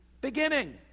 beginning